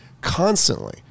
constantly